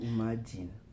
Imagine